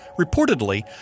Reportedly